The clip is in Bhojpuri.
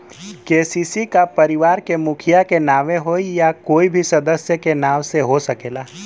के.सी.सी का परिवार के मुखिया के नावे होई या कोई भी सदस्य के नाव से हो सकेला?